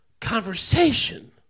conversation